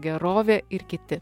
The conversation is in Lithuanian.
gerovė ir kiti